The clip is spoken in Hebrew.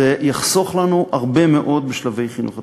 זה יחסוך לנו הרבה מאוד בשלבי חינוך יותר מאוחרים.